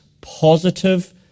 positive